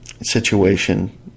situation